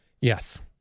Yes